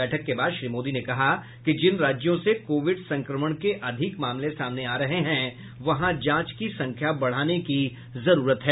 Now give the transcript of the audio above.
बैठक के बाद श्री मोदी ने कहा कि जिन राज्यों से कोविड संक्रमण के अधिक मामले सामने आ रहे हैं वहां जांच की संख्या बढाने की जरुरत है